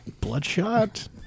bloodshot